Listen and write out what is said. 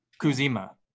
Kuzima